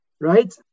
right